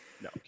No